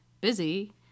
busy